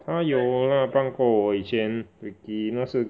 他有 lah 帮过我以前 Ricky 那次